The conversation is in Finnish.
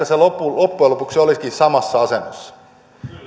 se loppujen lopuksi onkin samassa asennossa